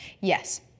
Yes